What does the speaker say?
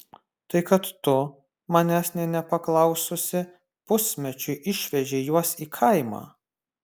tai kad tu manęs nė nepaklaususi pusmečiui išvežei juos į kaimą